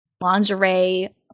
lingerie